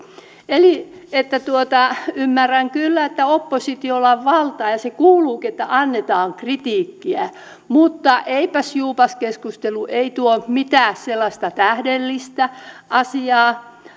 eli ymmärrän kyllä että oppositiolla on valtaa ja ja niin kuuluukin olla että annetaan kritiikkiä mutta eipäs juupas keskustelu ei tuo mitään sellaista tähdellistä asiaa